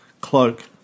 Cloak